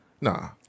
Nah